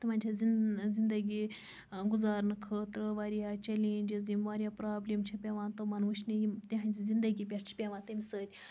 تِمَن چھِ زِن زِندَگی گُزارنہٕ خٲطرٕ واریاہ چیٚلینٛجز یِم واریاہ پرابلم چھِ پیٚوان تِمن وٕچھنہِ یِم تہنٛزِ زندگی پیٚٹھ چھ پیٚوان تمہ سۭتۍ